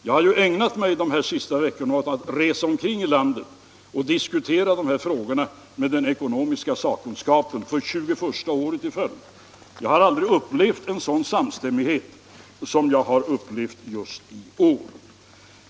Jag har under de senaste veckorna ägnat mig åt att resa omkring i landet och diskutera dessa frågor med den ekonomiska sakkunskapen —- för tjugoförsta året i följd — och jag har aldrig förut upplevt en sådan samstämmighet som just i år.